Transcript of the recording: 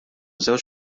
żewġ